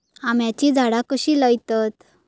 आम्याची झाडा कशी लयतत?